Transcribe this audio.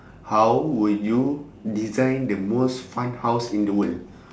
how would you design the most fun house in the world